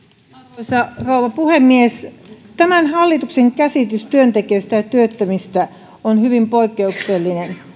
arvoisa rouva puhemies tämän hallituksen käsitys työntekijöistä ja työttömistä on hyvin poikkeuksellinen